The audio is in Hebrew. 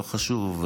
לא חשוב,